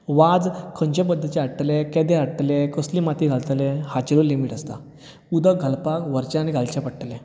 वाज खंयच्या पद्धतीचें हाडटलें केदें हाडटलें कसली माती घालतलें हाचेरूय लिमीट आसता उदक घालपाक व्हरचें आनी घालचें पडटलें